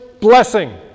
blessing